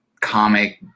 comic